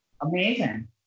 amazing